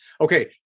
Okay